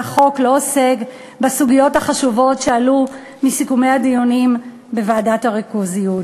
והחוק לא עוסק בסוגיות החשובות שעלו מסיכומי הדיונים בוועדת הריכוזיות.